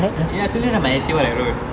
eh I told you what my essay what I wrote